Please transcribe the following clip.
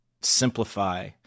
simplify